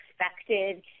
expected